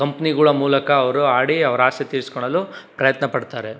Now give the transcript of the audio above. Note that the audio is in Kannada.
ಕಂಪ್ನಿಗಳ ಮೂಲಕ ಅವರು ಆಡಿ ಅವರಾಸೆ ತೀರ್ಸ್ಕೊಳಲು ಪ್ರಯತ್ನಪಡ್ತಾರೆ